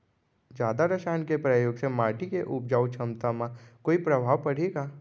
जादा रसायन के प्रयोग से माटी के उपजाऊ क्षमता म कोई प्रभाव पड़ही का?